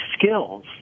skills